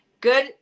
good